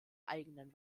eigenen